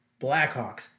Blackhawks